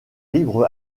libre